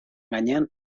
gainean